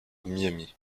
miami